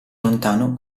lontano